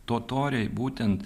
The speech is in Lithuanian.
totoriai būtent